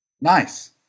Nice